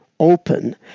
open